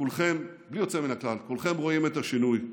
וכולכם בלי יוצא מן הכלל, כולכם רואים את השינוי: